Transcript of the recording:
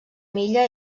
milla